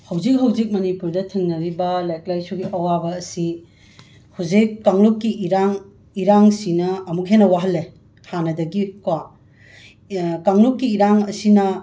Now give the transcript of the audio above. ꯍꯧꯖꯤꯛ ꯍꯧꯖꯤꯛ ꯃꯅꯤꯄꯨꯔꯗ ꯊꯦꯡꯅꯔꯤꯕ ꯂꯥꯏꯔꯤꯛ ꯂꯥꯏꯁꯨꯒꯤ ꯑꯋꯥꯕ ꯑꯁꯤ ꯍꯧꯖꯤꯛ ꯀꯥꯡꯂꯨꯞꯀꯤ ꯏꯔꯥꯡ ꯏꯔꯥꯡꯁꯤꯅ ꯑꯃꯨꯛꯀ ꯍꯦꯟꯅ ꯋꯥꯍꯜꯂꯦ ꯍꯥꯟꯅꯗꯒꯤ ꯀꯣ ꯀꯥꯡꯂꯨꯞꯀꯤ ꯏꯔꯥꯡ ꯑꯁꯤꯅ